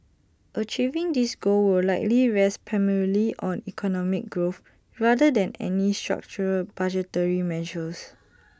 achieving this goal will likely rest primarily on economic growth rather than any structural budgetary measures